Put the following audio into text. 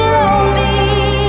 lonely